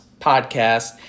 podcast